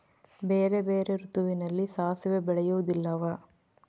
ಬೇರೆ ಬೇರೆ ಋತುವಿನಲ್ಲಿ ಸಾಸಿವೆ ಬೆಳೆಯುವುದಿಲ್ಲವಾ?